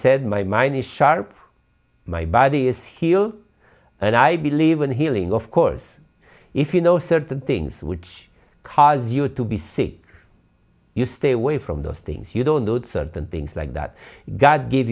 said my mind is sharp my body is heal and i believe in healing of course if you know certain things which cause you to be sick you stay away from those things you don't need certain things like that god give